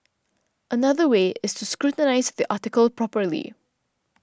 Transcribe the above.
another way is to scrutinise the article properly